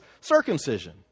circumcision